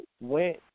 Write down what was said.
went